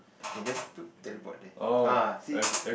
can just do teleport there ah see